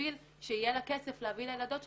בשביל שיהיה לה כסף להביא לילדות שלה,